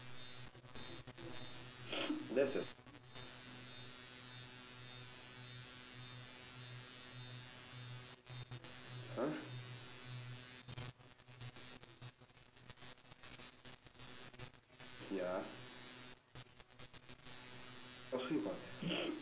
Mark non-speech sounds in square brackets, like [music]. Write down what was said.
[breath] that's the second one !huh! ya oh so you got